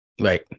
Right